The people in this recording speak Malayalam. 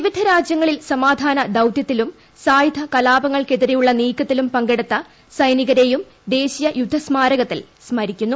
വിവിധ രാജ്യങ്ങളിൽ സമാധാന ദൌത്യത്തിലും സായുധ കലാപങ്ങൾക്കെതിരെയുള്ള നീക്കത്തിലും പങ്കെടുത്ത സൈനികരേയും ദേശീയ യുദ്ധ സ്മാരകത്തിൽ സ്മരിക്കുന്നു